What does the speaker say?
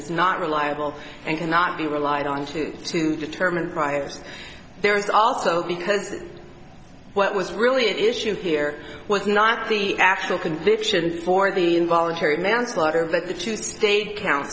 is not reliable and cannot be relied on to to determine priors there is also because what was really an issue here was not the actual conviction for the involuntary manslaughter but the two state count